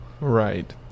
Right